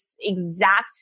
exact